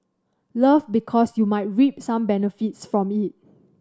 love because you might reap some benefits from it